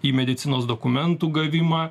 į medicinos dokumentų gavimą